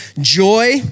joy